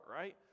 right